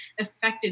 affected